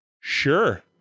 sure